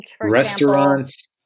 Restaurants